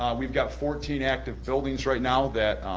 um we've got fourteen active buildings right now that